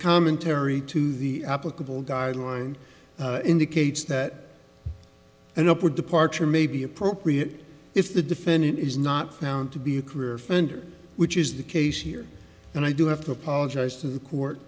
commentary to the applicable guideline indicates that an upward departure may be appropriate if the defendant is not found to be a career fender which is the case here and i do have to apologize to the court